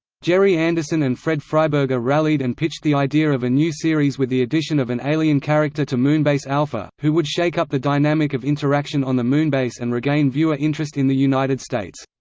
gerry anderson and fred freiberger rallied and pitched the idea of a new series with the addition of an alien character to moonbase alpha, who would shake up the dynamic of interaction on the moonbase and regain viewer interest in the united states.